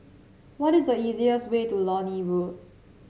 what is the easiest way to Lornie Road